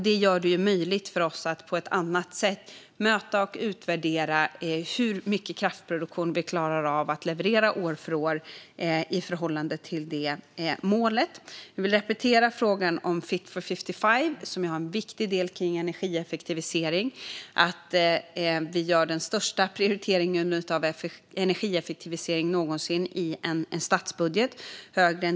Det gör det möjligt för oss att på ett annat sätt möta och utvärdera hur mycket kraftproduktion vi klarar av att leverera år för år i förhållande till målet. Jag vill repetera frågan om Fit for 55, som innehåller en viktig del om energieffektivisering. Vi gör den största prioriteringen av energieffektivisering någonsin i en statsbudget.